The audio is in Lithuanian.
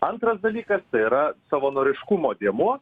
antras dalykas tai yra savanoriškumo dėmuo